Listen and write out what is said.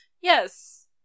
Yes